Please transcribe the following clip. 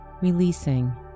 releasing